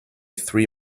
three